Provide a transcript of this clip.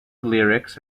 lyrics